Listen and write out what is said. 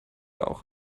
auch